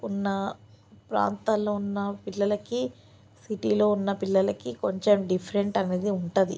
ఉన్న ప్రాంతాల్లో ఉన్న పిల్లలకి సిటీలో ఉన్న పిల్లలకి కొంచెం డిఫరెంట్ అన్నది ఉంటుంది